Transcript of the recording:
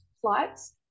flights